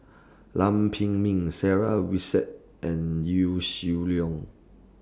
Lam Pin Min Sarah Winstedt and Yaw Shin Leong